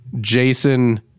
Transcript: Jason